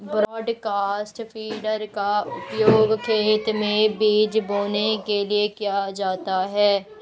broadcast feeder का उपयोग खेत में बीज बोने के लिए किया जाता है